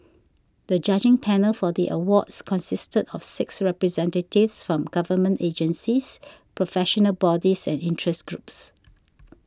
the judging panel for the Awards consisted of six representatives from government agencies professional bodies and interest groups